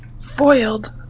foiled